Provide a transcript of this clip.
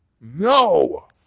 No